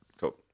cool